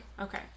Okay